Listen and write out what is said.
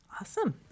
awesome